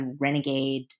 renegade